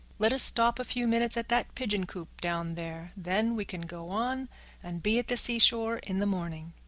let us stop a few minutes at that pigeon coop down there. then we can go on and be at the seashore in the morning.